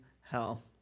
hell